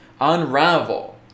unravel